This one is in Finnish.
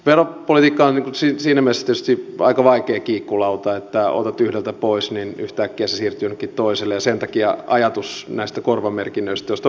veropolitiikka on tietysti aika vaikea kiikkulauta siinä mielessä että kun otat yhdeltä pois niin yhtäkkiä se siirtyy jollekin toiselle ja sen takia ajatus näistä korvamerkinnöistä joista on paljon puhuttu